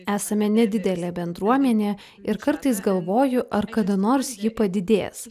esame nedidelė bendruomenė ir kartais galvoju ar kada nors ji padidės